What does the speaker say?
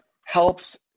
helps